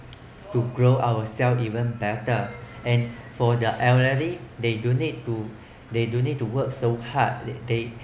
to grow ourselves even better and for the elderly they don't need to they don't need to work so hard they